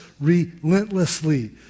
relentlessly